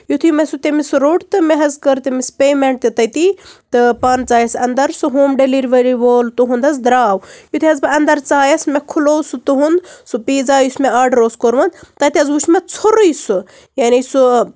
یُتھٕے مےٚ سُہ تٔمِس روٚٹ تہٕ مےٚ حظ کٔر تٔمِس پیٚمنٹ تِہ تٔتی تہٕ پانہٕ ژایَس اَنٛدَر سُہ ہوم ڈیلوٕری وول تُہٕنٛد حظ دراو یُتھٕے حظ بہٕ اَنٛدَر ژایَس مےٚ کھُلو سُہ تُہٕنٛد سُہ پیٖزا یُس مےٚ آرڈَر اوس کوٚمُت تَتہِ حظ وُچھ مےٚ ژھورُے سُہ یعنے سُہ